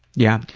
yeah.